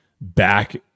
back